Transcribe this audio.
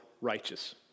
righteous